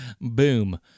boom